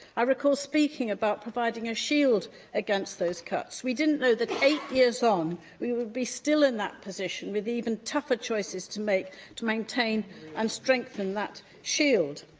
i recall speaking about providing a shield against those cuts. we didn't know that eight years on we would be still in that position, with even tougher choices to make to maintain and strengthen that shield.